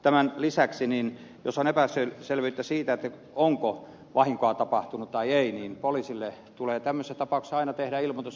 tämän lisäksi jos on epäselvyyttä siitä onko vahinkoa tapahtunut vai ei niin poliisille tulee tämmöisissä tapauksissa aina tehdä ilmoitus